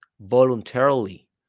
voluntarily